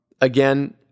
again